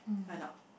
right or not